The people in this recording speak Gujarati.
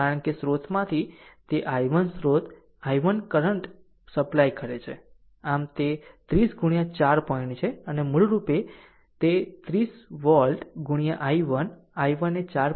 કારણ કે સ્રોતમાંથી કે i1 સ્રોત i1 કરંટ સપ્લાય કરે છે આમ તે 30 4 પોઇન્ટ છે અને મૂળ રૂપે 30 વોલ્ટ i1 i1 એ 4